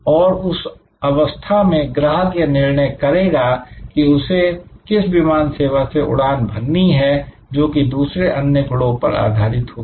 और उस अवस्था में ग्राहक यह निर्णय करेगा कि उसे किस विमान सेवा से उड़ान भरनी है जोकि दूसरे अन्य गुणों पर आधारित होगी